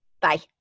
Bye